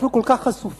אנחנו כל כך חשופים.